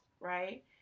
right